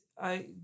I-